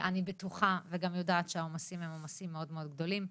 אני בטוחה ויודעת שהעומסים הם עומסים מאוד גדולים,